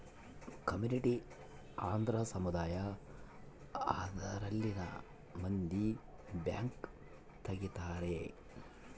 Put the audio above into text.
community ಅಂದ್ರ ಸಮುದಾಯ ಅದರಲ್ಲಿನ ಮಂದಿ ಬ್ಯಾಂಕ್ ತಗಿತಾರೆ